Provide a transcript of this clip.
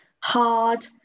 hard